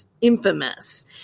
infamous